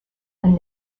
and